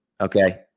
okay